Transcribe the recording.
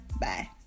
bye